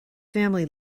family